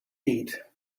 eat